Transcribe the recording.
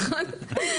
נכון?